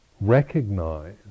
recognize